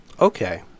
Okay